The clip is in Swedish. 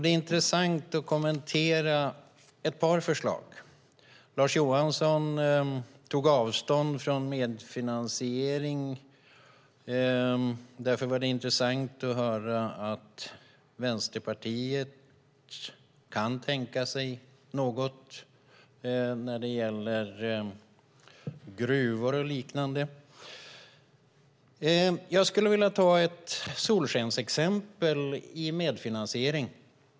Det är intressant att kommentera ett par förslag. Lars Johansson tog avstånd från medfinansiering. Det var därför intressant att höra att Vänsterpartiet kan tänka sig något när det gäller gruvor och liknande. Jag skulle vilja ta ett solskensexempel på medfinansiering.